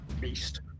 beast